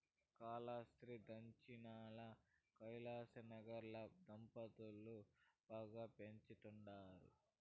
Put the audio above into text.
కాలాస్త్రి దచ్చినాన కైలాసనగర్ ల పందులు బాగా పెంచతండారు